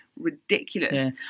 ridiculous